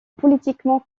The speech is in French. politiquement